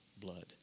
blood